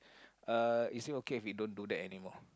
uh is it okay if you don't do that anymore